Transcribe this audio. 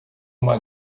uma